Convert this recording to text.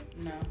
no